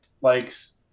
Likes